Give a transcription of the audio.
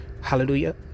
hallelujah